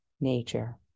nature